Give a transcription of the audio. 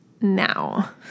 now